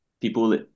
people